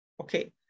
Okay